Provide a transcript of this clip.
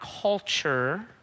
culture